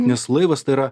nes laivas tai yra